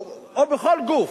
או בכל גוף.